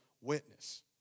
witness